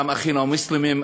גם אחינו המוסלמים,